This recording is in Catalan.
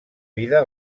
vida